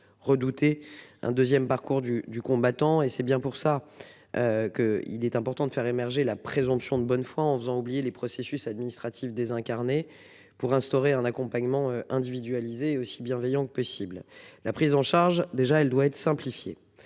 redouter un 2ème parcours du du combattant et c'est bien pour ça. Que il est important de faire émerger la présomption de bonne foi en faisant oublier les processus administratifs désincarnées pour instaurer un accompagnement individualisé aussi bienveillant que possible la prise en charge déjà elle doit être simplifié.